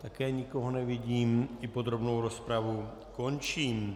Také nikoho nevidím, i podrobnou rozpravu končím.